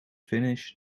finish